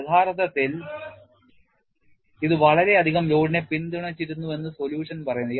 യഥാർത്ഥത്തിൽ ഇത് വളരെയധികം ലോഡിനെ പിന്തുണച്ചിരുന്നുവെന്ന് solution പറയുന്നു